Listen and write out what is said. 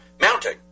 mounting